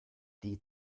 die